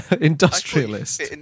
industrialist